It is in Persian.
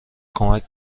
کمک